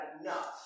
enough